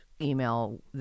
email